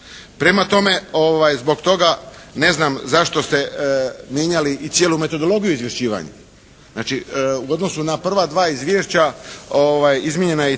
Prema tome, zbog toga ne znam zašto ste mijenjali i cijelu metodologiju izvješćivanja. Znači, u odnosu na prva dva izvješća izmijenjena je i cijela